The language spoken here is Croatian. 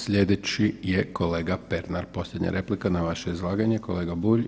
Sljedeći je kolega Pernar posljednja replika na vaše izlaganje kolega Bulj.